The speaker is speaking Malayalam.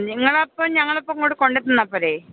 നിങ്ങൾ അപ്പം ഞങ്ങൾ അപ്പം അങ്ങോട്ട് കൊണ്ട് തന്നാൽ പോരേ